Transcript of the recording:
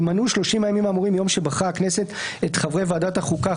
ימנו 30 הימים האמורים מיום שבחרה הכנסת את חברי ועדת החוקה,